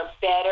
better